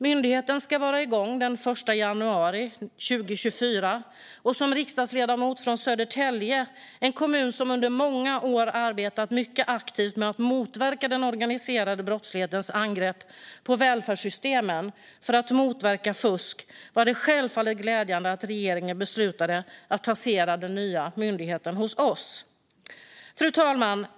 Myndigheten ska vara igång den 1 januari 2024. För mig som riksdagsledamot från Södertälje, en kommun som under många år arbetat mycket aktivt med att motverka den organiserade brottslighetens angrepp på välfärdssystemen för att motverka fusk, var det självfallet glädjande att regeringen beslutade att placera den nya myndigheten hos oss. Fru talman!